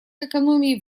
экономии